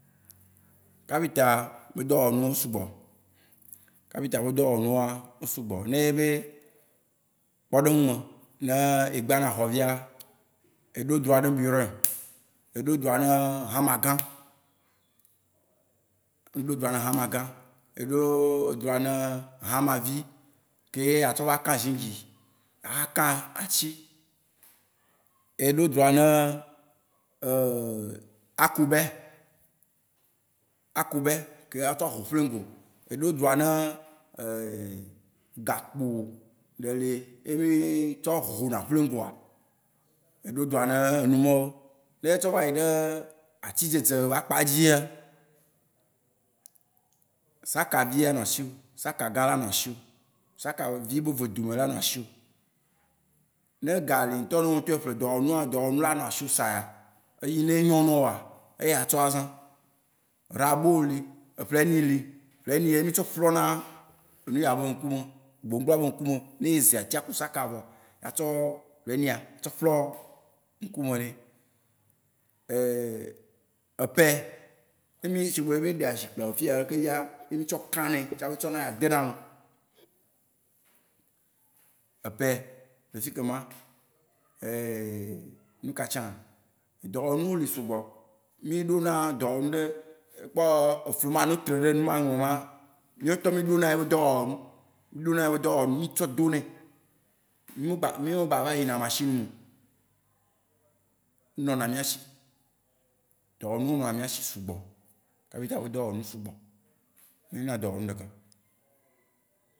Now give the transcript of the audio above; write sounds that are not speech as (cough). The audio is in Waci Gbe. Kapitaa be dɔwɔnu wó subgɔ. Kapita be dɔwɔnu wóa, wó sugbɔ. Nenyi be, kpɔɖeŋu me, ne egbã na xɔ fia, eɖo droit ne burin, eɖo droit ne hãma gã, eɖo droit ne hãma gã, eɖɔ droit ne hãma vi keye atsɔ va kã zĩngi, axa kã atsi. Eɖo droit ne (hesitation) akobɛ, akobɛ keye atsɔ ho plingo. Eɖo droit ne (hesitation) gakpo ɖe li ye mí tsɔ hona plingoa. Eɖo droit ne numawó. Ne etrɔ vayi ɖe atsi dzedze be akpa dzia, sakavi anɔ asiwò, sakagã anɔ asiwò. Sakavi be evedome la nɔ asiwò. Ne ega li ŋutɔ ye wò ŋutɔ eƒle dɔwɔnu wóa, dɔwɔnu la nɔ asiwò saya. Eyi ne nyo ne wòa, eye atsɔ azã. Rabot li, (unintelligible) li, (unintelligible) ye mí tsɔ ƒlɔ na nuya be ŋkume. Gblongbloa be ŋkume. Ne eze atsia ku saka vɔa, atsɔ (unintelligible) tsɔ ƒlɔ ŋkume ne. (hesitation) epɛ. Ne mí, shigbe be mí ɖe azikpuia le fiya leke fia, eye mí tsɔ kã nɛ. Hafi tsɔ na eya de na eme. Epɛ le fikemá. (hesitation) nuka tsã? Edɔwɔnu wó li sugbɔ. Mí ɖo na dɔwɔnu ɖe, ekpɔ efli ma yine wó tre ɖe enu ma me má, míawo ŋutɔ mí ɖona yebe dɔwɔnu. Mí ɖo na yebe dɔwɔnu, mí tsɔ do nɛ. Mi me gba- mi me gba va yina machine me oo. Enɔ na mía shi. Dɔwɔnu wó nɔna mía shi sugbɔ. Kapita be dɔwɔnu sugbɔ. Menyi na dɔwɔnu ɖeka o.